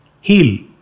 heal